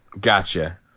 Gotcha